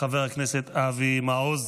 חבר הכנסת אבי מעוז.